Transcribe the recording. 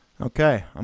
Okay